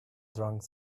drank